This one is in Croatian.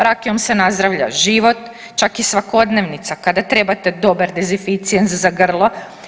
Rakijom se nazdravlja život, čak i svakodnevnica kada trebate dobar dezificijens za grlo.